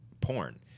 porn